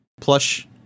plush